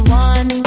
one